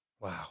Wow